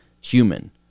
human